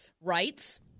rights